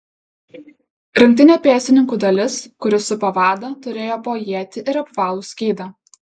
rinktinė pėstininkų dalis kuri supa vadą turėjo po ietį ir apvalų skydą